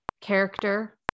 character